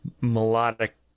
melodic